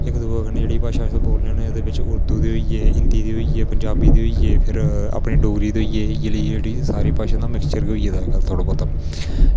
इक दुऐ कन्नै जेह्ड़ी अस भाशा बोलने होन्ने एह्दे बिच्च उर्दू दे होई गै गै हिन्दी दे होई गै पंजाबी दे होई गै फिर अपनी डोगरी दे होई गै इ'यै लेई जेह्ड़ी सारी भाशें दा मिक्सचर गै होई गेदा थोह्ड़ा बौह्ता